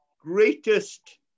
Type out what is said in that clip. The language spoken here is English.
greatest